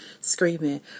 screaming